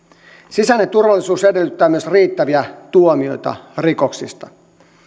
sisäinen turvallisuus edellyttää myös riittäviä tuomioita rikoksista